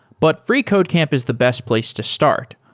but freecodecamp is the best place to start,